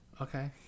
Okay